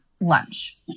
lunch